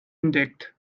entdeckt